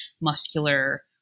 muscular